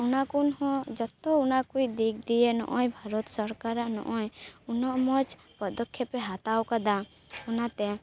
ᱚᱱᱟ ᱠᱷᱚᱱ ᱦᱚᱸ ᱡᱚᱛᱚ ᱚᱱᱟᱠᱚ ᱫᱤᱠ ᱫᱤᱭᱮ ᱱᱚᱜᱼᱚᱭ ᱵᱷᱟᱨᱚᱛ ᱥᱚᱨᱠᱟᱨᱟᱜ ᱱᱚᱜᱼᱚᱭ ᱩᱱᱟᱹᱜ ᱢᱚᱡᱽ ᱯᱚᱫᱚᱠᱷᱮᱯᱮ ᱦᱟᱛᱟᱣ ᱟᱠᱟᱫᱟ ᱚᱱᱟ ᱛᱮ